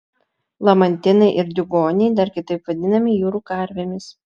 lamantinai ir diugoniai dar kitaip vadinami jūrų karvėmis